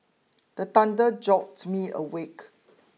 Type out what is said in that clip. the thunder jolt me awake